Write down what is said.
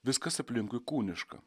viskas aplinkui kūniška